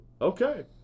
Okay